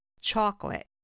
chocolate